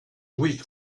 weak